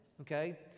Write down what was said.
Okay